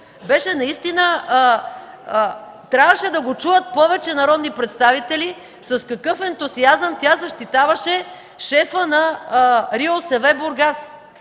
не е виновна. Трябваше да чуят повече народни представители с какъв ентусиазъм тя защитаваше шефа на РИОСВ – Бургас.